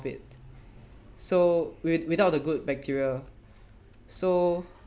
it so with without the good bacteria so